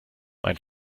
mein